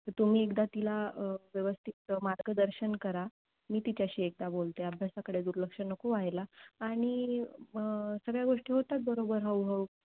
तर तुम्ही एकदा तिला व्यवस्थित मार्गदर्शन करा मी तिच्याशी एकदा बोलते अभ्यासाकडे दुर्लक्ष नको ह्वायला आणि सगळ्या गोष्टी होतात बरोबर हळू हळू